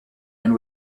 and